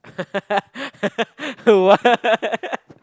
what